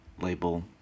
label